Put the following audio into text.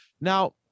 Now